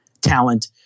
talent